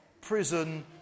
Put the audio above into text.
prison